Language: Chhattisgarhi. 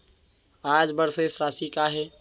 आज बर शेष राशि का हे?